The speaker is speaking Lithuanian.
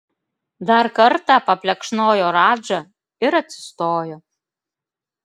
dar kartą paplekšnojo radžą ir atsistojo